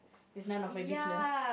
is none of my business